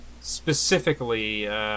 specifically